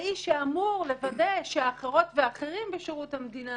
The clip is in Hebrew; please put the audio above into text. האיש שאמור לוודא שאחרות ואחרים בשירות המדינה